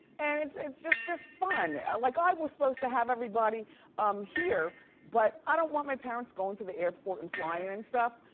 and it's it's just just fun. like i was supposed to have everybody um here but i don't want my parents going to the airport and flying and stuff,